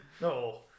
No